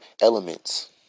elements